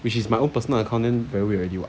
which is my own personal account then very weird already [what]